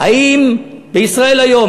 ב"ישראל היום",